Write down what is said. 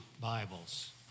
Bibles